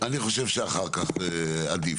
אני חושב שאחר כך עדיף.